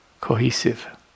cohesive